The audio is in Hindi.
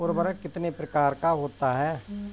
उर्वरक कितने प्रकार का होता है?